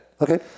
Okay